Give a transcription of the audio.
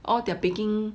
all they are baking